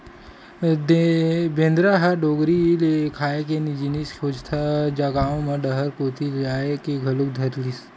बेंदरा ह डोगरी ले खाए के जिनिस खोजत गाँव म डहर कोती अये ल घलोक धरलिस